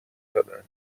دادن